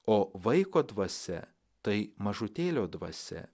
o vaiko dvasia tai mažutėlio dvasia